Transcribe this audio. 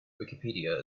wikipedia